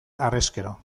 harrezkero